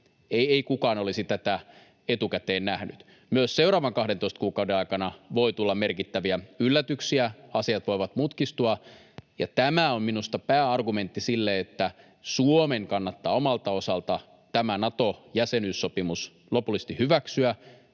ei kukaan olisi etukäteen nähnyt. Myös seuraavan 12 kuukauden aikana voi tulla merkittäviä yllätyksiä. Asiat voivat mutkistua, ja tämä on minusta pääargumentti sille, että Suomen kannattaa omalta osaltaan tämä Nato-jäsenyyssopimus lopullisesti hyväksyä.